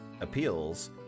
appeals